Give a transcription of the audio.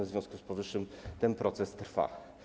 W związku z powyższym ten proces trwa.